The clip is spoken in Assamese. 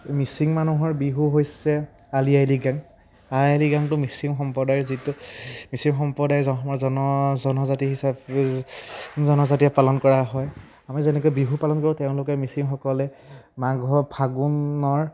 মিচিং মানুহৰ বিহু হৈছে আলি আই লৃগাং আলি আই লৃগাংটো মিচিং সম্প্ৰদায়ৰ যিটো মিচিং সম্প্ৰদায় জন জনজাতি হিচাপে জনজাতিয়ে পালন কৰা হয় আমি যেনেকৈ বিহু পালন কৰোঁ তেওঁলোকে মিচিংসকলে মাঘ ফাগুনৰ